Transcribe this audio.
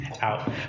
out